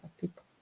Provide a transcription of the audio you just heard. people